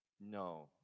no